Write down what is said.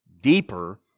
deeper